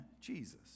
Jesus